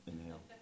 inhale